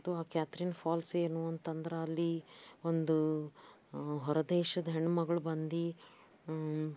ಅದು ಆ Catherine Falls ಏನು ಅಂತ ಅಂದ್ರೆ ಅಲ್ಲಿ ಒಂದು ಹೊರದೇಶದ ಹೆಣ್ಣುಮಗ್ಳು ಬಂದು